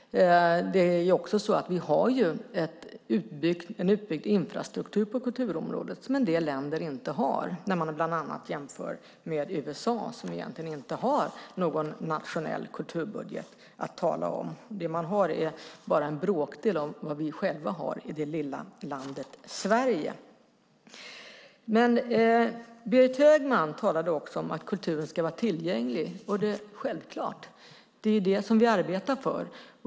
Vi har en utbyggd infrastruktur på kulturområdet som en del länder inte har. Vi kan jämföra med USA, som egentligen inte har någon nationell kulturbudget att tala om. Det man har är bara en bråkdel av vad vi själva har i det lilla landet Sverige. Berit Högman talade om att kulturen ska vara tillgänglig. Det är självklart, och det är det som vi arbetar för.